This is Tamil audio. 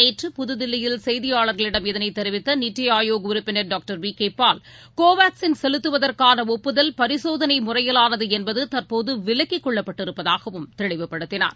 நேற்று புதுதில்லியில் செய்தியாளர்களிடம் இதனைதெரிவித்தநித்திஆயோக் உறுப்பினர் டாக்டர் விகேபால் கோவாக்ஸின் செலுத்துவதற்கானஒப்புதல் பரிசோதனைமுறையிலானதுஎன்பதுதற்போதுவிலக்கிக் கொள்ளப்பட்டிருப்பதாகவும் தெளிவுபடுத்தினார்